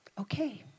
okay